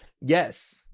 Yes